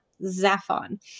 Zaphon